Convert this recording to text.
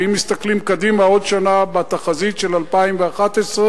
ואם מסתכלים קדימה עוד שנה בתחזית של 2011,